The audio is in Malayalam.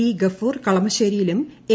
ഇ ഗഫൂർ കളമശ്ശേരിയിലും എ